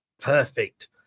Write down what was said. Perfect